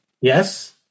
Yes